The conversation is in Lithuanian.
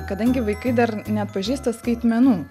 kadangi vaikai dar neatpažįsta skaitmenų